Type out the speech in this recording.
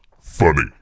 funny